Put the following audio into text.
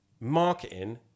marketing